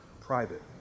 private